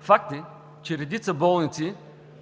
Факт е, че редица болници,